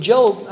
Job